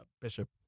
Bishop